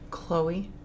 Chloe